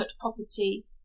property